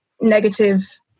negative